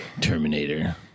Terminator